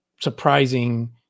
surprising